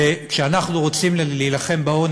כשאנחנו רוצים להילחם בעוני,